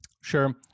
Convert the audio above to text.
Sure